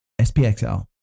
SPXL